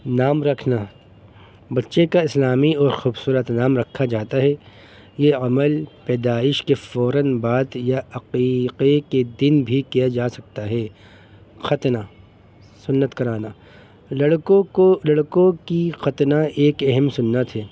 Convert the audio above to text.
نام رکھنا بچے کا اسلامی اور خوبصورت نام رکھا جاتا ہے یہ عمل پیدائش کے فوراً بات یا عقیقے کے دن بھی کیا جا سکتا ہے ختنہ سنت کرانا لڑکوں کو لڑکوں کی ختنہ ایک اہم سنت ہے